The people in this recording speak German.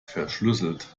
verschlüsselt